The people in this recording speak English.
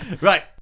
Right